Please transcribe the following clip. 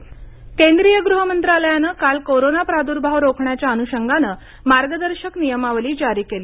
मार्गदर्शक नियमावली केंद्रीय गृह मंत्रालयानं काल कोरोना प्रादूर्भाव रोखण्याच्या अनुषंगानं मार्गदर्शक नियमावली जारी केली